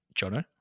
Jono